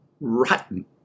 rotten